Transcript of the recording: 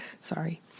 Sorry